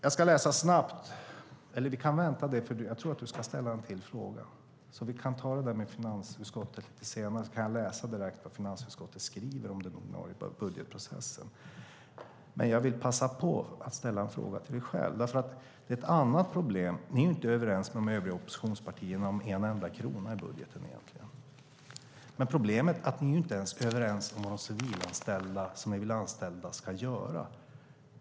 Jag kan ta det där med finansutskottet senare och läsa upp direkt vad finansutskottet skriver om den ordinarie budgetprocessen. Jag vill passa på att ställa en fråga till dig. Ni är inte överens med de övriga oppositionspartierna om en enda krona i budgeten. Men problemet är att ni inte ens är överens om vad de civila som ni vill anställa ska göra.